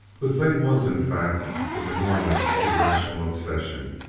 the thing was, in fact, an enormous irrational obsession,